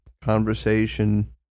conversation